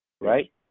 Right